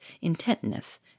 intentness